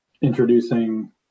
introducing